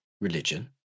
religion